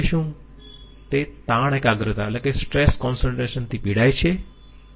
તે તાણ એકાગ્રતા થી પીડાય છે